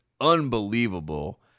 unbelievable